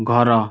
ଘର